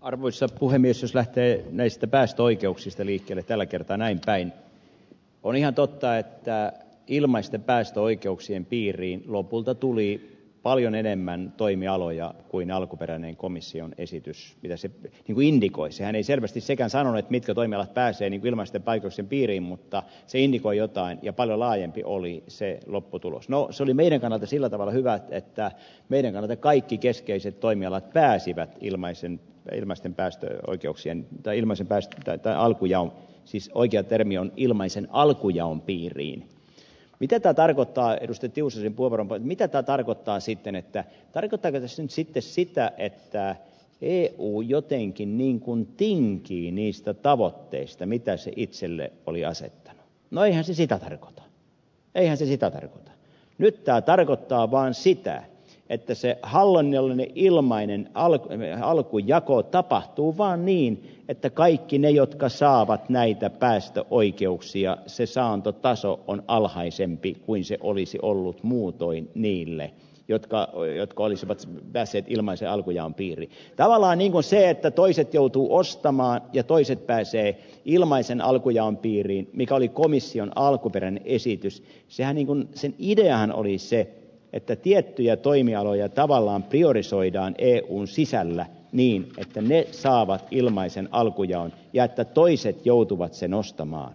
arvoisa puhemies lähtee näistä päästöoikeuksista liikkeelle tällä kertaa näin päin on ihan totta että ilmaisten päästöoikeuksien piiriin lopulta tuli paljon enemmän toimialoja kuin alkuperäinen komission esitys yhdessä kivikkoiseen ei selvästi sekään sanonut mitkä toimialat pääsee niin kylmästä vaiko sen piiriin mutta viini voi ottaa jopa laajempi oli se että lopputulos nousee meidän kannalta sillä tavalla hyvä tietää miten me kaikki keskeiset toimialat pääsivät ilmaisten peilimäisten päästöoikeuksien tai ilman sitä se täyttää alkuja on siis oikea termi on ilmaisen alkujaon piiriin mikä tää tarkottaa edusti jussin poronva mikä tää tarkottaa siten että partanen sintsi ja sitä ei tää ei puhu jotenkin niin kuin tinkii niistä tavoitteista mitä itselle oli asetta nojasi sitä tarkoita en siitä mitä tarkoittaa vain siitä ettei se hall on jälleen ilmainen alku ennen alkujako tapahtuu vaan niin että kaikki ne jotka saavat näitä päästöoikeuksia se saantotaso on alhaisempi kuin se olisi ollut muutoin niille jotka orjat kolisevat s pääsi ilmaisi alkujaan piiri kalalla niinku se että toiset joutuu ostamaan ja toisi vähäisiä ilmaisen alkujaon piiriin mikä oli komission alkuperäinen esitys äänin kun sen ideana oli se että tiettyjä toimialoja tavallaan priorisoidaan eun sisällä niin että ne saavat ilmaisen alkujaon ja että toiset joutuvat sen ostamaan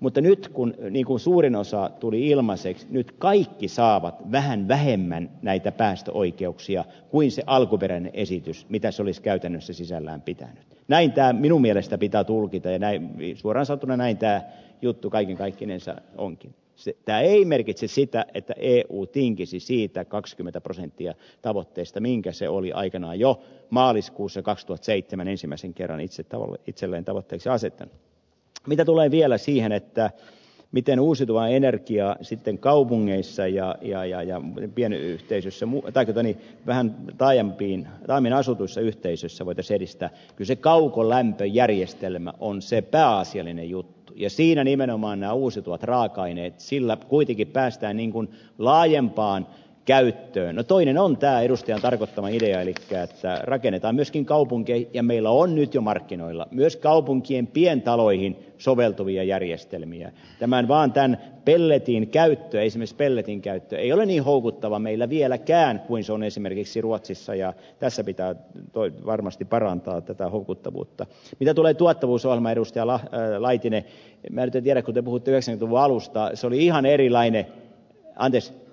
mutta nyt kun ikuisuuden osaa tuli ilmaseks nyt kaikki saavat vähän vähemmän näitä päästöoikeuksia kuin se alkuperäinen esitys mitä solis käytännössä sisällään pitänyt väittää minun mielestä pitää tulkita näin viitvuorosoutuveneitä juttu kaiken kaikkinensa onkin syytä ei merkitse sitä että eeuutinkisi siitä kaksikymmentä prosenttia x tavoitteista minkä se oli aikana jo maaliskuussa kakstut seitsemän ensimmäisen kerran itse tavalla itselleen tavoitteensa sitten mitä tulee vielä siihen että miten uusiutuvaa energiaa sitten kaupungeissa ja jäi ajan pienyhteisössä muka tarvita niin vähän laajempiin taimenasutuissa yhteisöissävedosedistä pyysi kaukolämpöjärjestelmä on se pääasiallinen juttu ja siinä nimenomaan uusiutuvat raaka aineet sillä kuitenkin päästää niinkun laajempaan käyttöön ja toinen on tää edusti arvot olisi jäänyt käyttää rakennetaan myöskin kaupunkeihin ja meillä on nyt jo markkinoilla myös kaupunkien pientaloihin soveltuvia järjestelmiä tämän vaan tänne pelletin käyttö ei sinispelletin käyttö ei ole niin houkuttavaa meillä vieläkään kuin se on esimerkiksi ruotsissa ja käsi pitää toi varmasti parantaa tätä houkuttavuutta sepite tulee tuottavuus on mm edustajalla laitinen ymmärtäjä kuten puitteisiin kavallus tai se oli ihan erilainen ahdisti